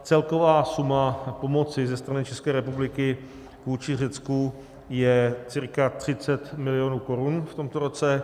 Celková suma pomoci ze strany České republiky vůči Řecku je cca 30 milionů korun v tomto roce.